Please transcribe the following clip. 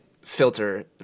filter